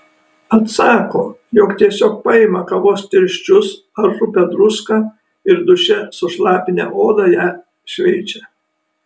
atsako jog tiesiog paima kavos tirščius ar rupią druską ir duše sušlapinę odą ją šveičia